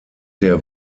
der